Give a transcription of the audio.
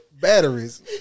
batteries